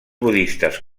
budistes